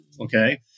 Okay